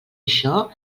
això